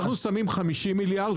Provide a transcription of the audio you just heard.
אנחנו שמים 50 מיליארד,